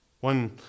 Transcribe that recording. One